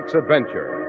adventure